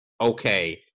okay